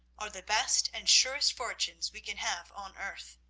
are the best and surest fortunes we can have on earth.